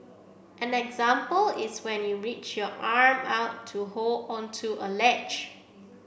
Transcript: an example is when you reach your arm out to hold onto a ledge